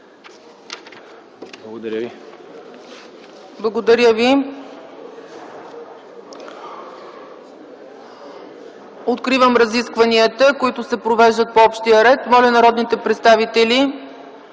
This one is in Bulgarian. ЦЕЦКА ЦАЧЕВА: Благодаря Ви. Откривам разискванията, които се провеждат по общия ред. Моля народните представители,